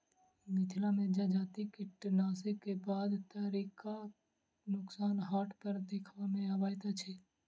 मिथिला मे जजाति कटनीक बाद तरकारीक नोकसान हाट पर देखबा मे अबैत अछि